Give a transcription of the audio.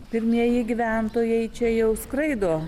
pirmieji gyventojai čia jau skraido